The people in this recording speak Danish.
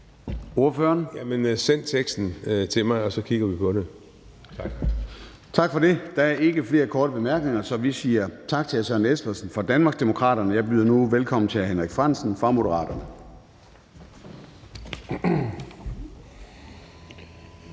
kigger vi på det. Tak. Kl. 11:14 Formanden (Søren Gade): Tak for det. Der er ikke flere korte bemærkninger, så vi siger tak til hr. Søren Espersen fra Danmarksdemokraterne. Jeg byder nu velkommen til hr. Henrik Frandsen fra Moderaterne.